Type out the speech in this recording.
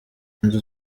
inzu